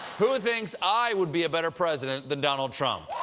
who thinks i would be a better president than donald trump